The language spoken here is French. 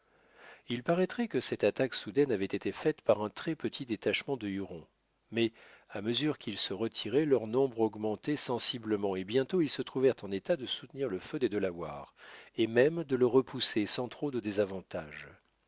il paraîtrait que cette attaque soudaine avait été faite par un très petit détachement de hurons mais à mesure qu'ils se retiraient leur nombre augmentait sensiblement et bientôt ils se trouvèrent en état de soutenir le feu des delawares et même de le repousser sans trop de désavantage